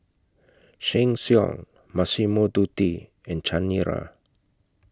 Sheng Siong Massimo Dutti and Chanira